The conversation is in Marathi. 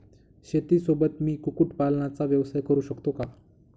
शेतीसोबत मी कुक्कुटपालनाचा व्यवसाय करु शकतो का?